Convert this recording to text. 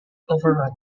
overrun